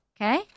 okay